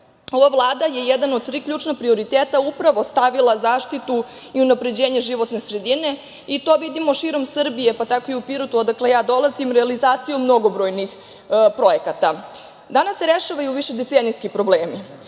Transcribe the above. Ova Vlada je jedan od tri ključna prioriteta stavila zaštitu i unapređenje životne sredine i to vidimo širom Srbije, pa tako i u Pirotu odakle ja dolazim realizacijom mnogobrojnih projekata. Danas se rešavaju višedecenijski problemi.